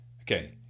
okay